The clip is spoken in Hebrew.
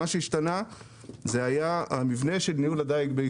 מה שהשתנה היה המבנה של ניהול הדיג בישראל.